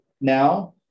now